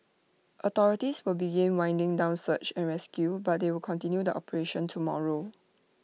authorities will begin winding down search and rescue but they will continue the operation tomorrow